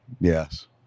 Yes